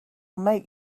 make